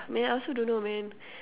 man I also don't know man